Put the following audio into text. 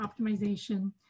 optimization